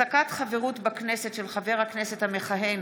(הפסקת חברות בכנסת של חבר הכנסת המכהן